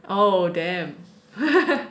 oh damn